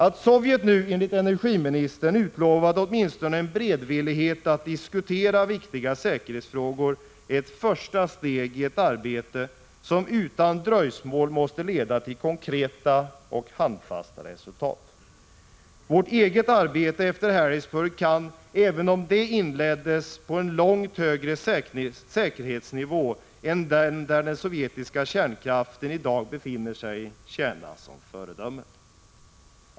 Att Sovjet nu enligt energiministern utlovat åtminstone en beredvillighet att diskutera viktiga säkerhetsfrågor är ett första steg i ett arbete som utan dröjsmål måste leda till konkreta och handfasta resultat. Vårt eget arbete efter Harrisburg kan, även om det inleddes på en långt högre säkerhetsnivå än den där den sovjetiska kärnkraften i dag befinner sig, tjäna som ett föredöme.